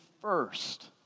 first